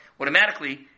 automatically